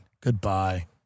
Goodbye